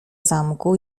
zamku